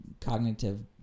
cognitive